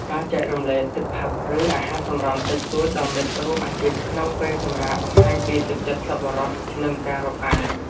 ការចែករំលែកទឹកផឹក ឬអាហារសម្រន់តិចតួចដល់មិត្តរួមអាជីពក្នុងពេលសម្រាកបង្ហាញពីទឹកចិត្តសប្បុរស និងការរាប់អាន។